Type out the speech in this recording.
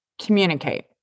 communicate